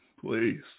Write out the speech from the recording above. please